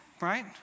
right